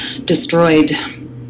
destroyed